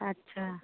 अच्छा